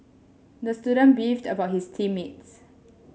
the student beefed about his team mates